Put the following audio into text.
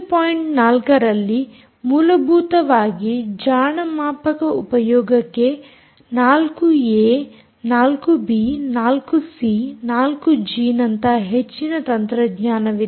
4 ನಲ್ಲಿ ಮೂಲಭೂತವಾಗಿ ಜಾಣ ಮಾಪಕ ಉಪಯೋಗಕ್ಕೆ 4ಏ 4 ಬಿ 4 ಸಿ 4 ಜಿ ನಂತಹ ಹೆಚ್ಚಿನ ತಂತ್ರಜ್ಞಾನವಿದೆ